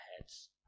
heads